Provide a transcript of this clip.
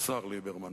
השר ליברמן,